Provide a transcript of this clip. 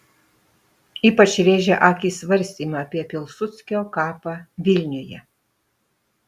ypač rėžia akį svarstymai apie pilsudskio kapą vilniuje